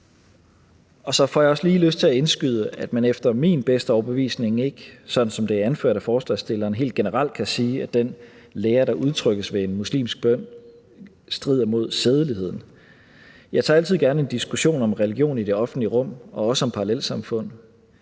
Så får jeg også lige lyst til at indskyde, at man efter min bedste overbevisning ikke, sådan som det er anført af forslagsstillerne, helt generelt kan sige, at den lære, der udtrykkes ved en muslimsk bøn, strider mod sædeligheden. Jeg tager altid gerne en diskussion om religion i det offentlige rum og også om parallelsamfund.